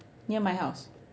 near my house